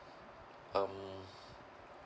um